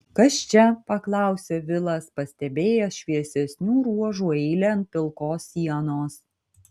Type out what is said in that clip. kas čia paklausė vilas pastebėjęs šviesesnių ruožų eilę ant pilkos sienos